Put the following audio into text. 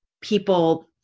people